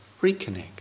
reconnect